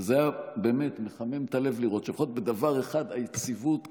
וזה היה באמת מחמם את הלב לראות שלפחות בדבר אחד היציבות קיימת,